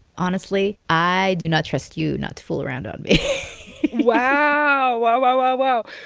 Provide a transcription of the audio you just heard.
honestly, i do not trust you not to fool around on me wow. wow, wow, wow, wow.